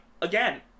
Again